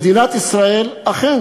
מדינת ישראל אכן